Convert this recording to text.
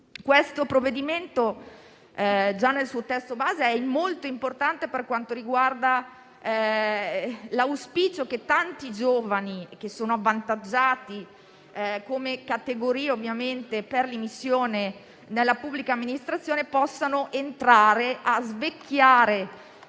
Questo provvedimento, già nel suo testo base, è molto importante in quanto incarna l'auspicio di tanti giovani, che sono avvantaggiati come categoria per l'immissione nella pubblica amministrazione, di entrare a "svecchiare"